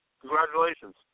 Congratulations